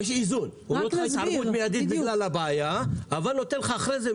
לך שיש איזון --- אבל נותן לך אחרי זה,